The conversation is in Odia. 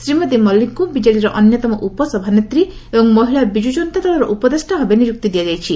ଶ୍ରୀମତୀ ମଲ୍ଲିକଙ୍କୁ ବିଜେଡିର ଅନ୍ୟତମ ଉପସଭାନେତ୍ରୀ ଏବଂ ମହିଳା ବିଜୁ ଜନତା ଦଳର ଉପଦେଷା ଭାବେ ନିଯୁକ୍ତି ଦିଆଯାଇଛି